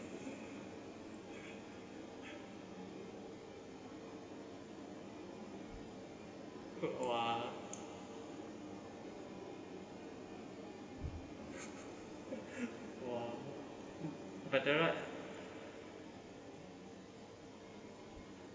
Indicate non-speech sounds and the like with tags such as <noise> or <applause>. !whoa! <laughs> but then right